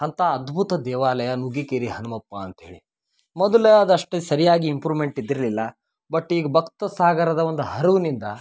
ಅಂಥ ಅದ್ಭುತ ದೇವಾಲಯ ನುಗ್ಗಿಕೇರಿ ಹನುಮಪ್ಪ ಅಂತ್ಹೇಳಿ ಮೊದಲು ಅದಷ್ಟು ಸರಿಯಾಗಿ ಇಂಪ್ರೂಮೆಂಟ್ ಇದ್ದಿರಲಿಲ್ಲ ಬಟ್ ಈಗ ಭಕ್ತ ಸಾಗರದ ಒಂದು ಹರಿವಿನಿಂದ